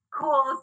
cool